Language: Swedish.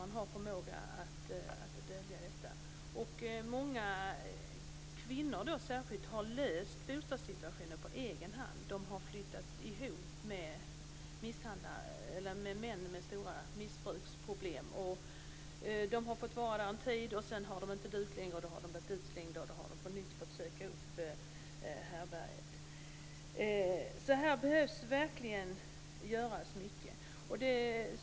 Man har en förmåga att dölja det här. Många kvinnor har löst bostadsproblemen på egen hand. De har flyttat ihop med män med stora missbruksproblem. De har fått vara hos dem en tid. Sedan har de blivit utslängda när de inte längre duger. Då har de på nytt fått söka upp härbärget. Så det behöver verkligen göras mycket på det här området.